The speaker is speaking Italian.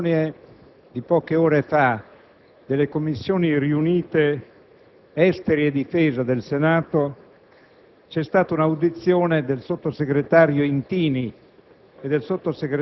Signor Presidente, nella riunione di poche ore fa delle Commissioni riunite affari esteri e difesa del Senato,